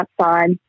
outside